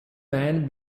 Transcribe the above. man